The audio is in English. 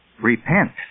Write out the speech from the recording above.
repent